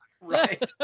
Right